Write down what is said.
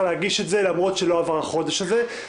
יהיה להגיש את זה למרות שלא עבר החודש הזה.